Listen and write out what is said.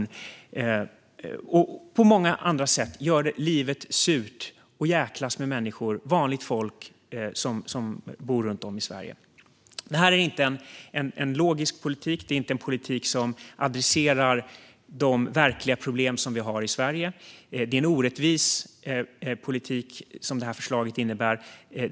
Så och på många andra sätt gör man livet surt för och jäklas med människor, vanligt folk, som bor runt om i Sverige. Det här är inte en logisk politik. Det är inte en politik som riktar in sig på de verkliga problem som vi har i Sverige. Det här förslaget innebär en orättvis politik.